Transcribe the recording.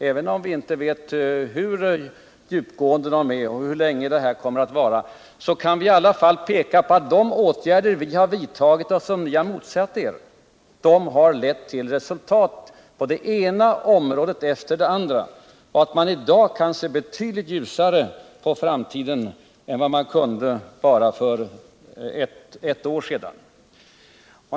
Även om vi inte vet hur djupgående de är och hur länge de kommer att vara, kan vi i alla fall hänvisa till att de åtgärder vi har vidtagit — och som ni har motsatt er — har lett till resultat på det ena området efter det andra, så att man i dag kan se betydligt ljusare på framtiden än man kunde göra för bara ett år sedan.